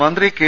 മന്ത്രി കെ